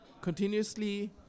Continuously